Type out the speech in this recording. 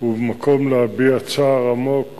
הוא מקום להביע צער עמוק